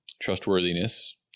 trustworthiness